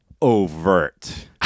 overt